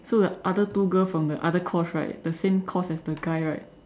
so the other two girls from the other course right the same course as the guy right